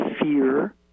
fear